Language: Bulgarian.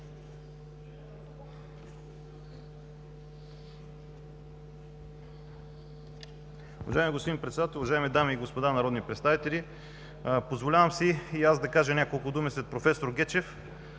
Уважаеми господин Председател, уважаеми дами и господа народни представители! Позволявам си и аз да кажа няколко думи след проф. Гечев,